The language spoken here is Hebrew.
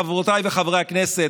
חברותיי וחברי הכנסת,